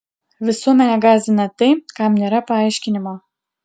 visuomenę gąsdina tai kam nėra paaiškinimo